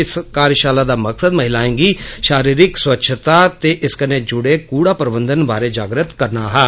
इस कार्जशाला दा मकसद महिलायें गी शारीरिक स्वच्छता ते इस कन्नै ज्ड़े कूड़ा प्रबंधन बारै जागृत करना हा